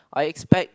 I expect